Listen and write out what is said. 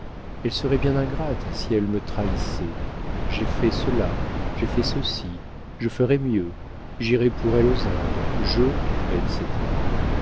elle serait bien ingrate si elle me trahissait j'ai fait cela j'ai fait ceci je ferai mieux j'irai pour elle aux indes je etc